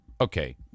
okay